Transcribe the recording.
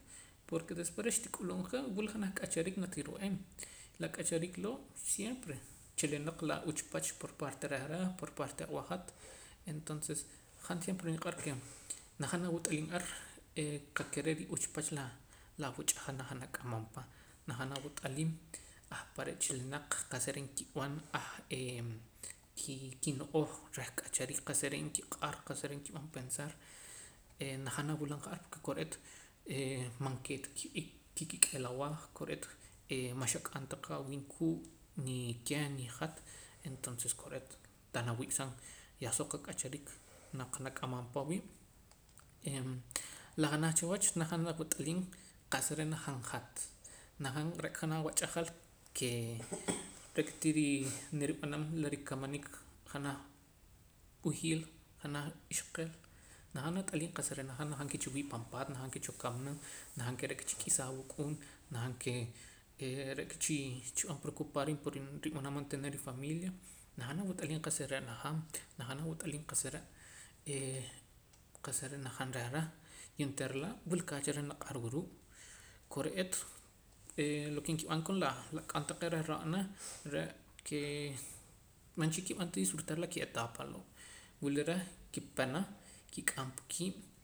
Porque después reh xtik'ulub' ja wula janaj k'achariik natiro'eem la k'achariik loo' siempre chilinaq la uchpach por parte reh reh por parte awahat entonces han siempre niq'ar ke najaam nawat'aliim ar e qakere' riuchpach laa la awach'ajal najaam nak'amam pa najaam nawat'aliim ahpare' chilinaq qa'sa re' nkib'an ah ee kino'ooj reh k'achariik qa'sa re' nkiq'ar qa'sa re' nkib'an pensar e najam nawula ar porque kore'eet man nqee ta kikik'eel awah kore'eet maxak'an ta kaa awiib' kuu' nikeh nihat entonces kore'eet tah nawik'saam yah soq ak'achariik naq nak'amam pa awiib' e la janaj cha wach najaam nawat'aliim qa'sa re' najaam hat najaam re'ka janaj awach'ajal kee re'ka tiri nirib'anam la rikamaniik janaj b'ijiil janaj ixqeel najaam nat'aliim qa'sa re' najaam ke chiwii' pan paat najaam ke choo kamana najaam ke re'ka chik'isaa awuk'uun najaam kee ee re'ka chi chib'an preocupar riib' reh rib'anam mantener rifamilia najaam nawat'aliim qa'sa re' najaam najaam nawat'aliim qa'sa re' ee qa'sa re' najaam reh reh y onteera laa' wul kaach reh naq'ar wa ruu' kore'eet lo ke nkib'an koon la la ak'on taqee' reh ro'na re' kee man cha kib'an ta disfritar la kietapa loo' wula reh ki'pana kik'am pa kiib'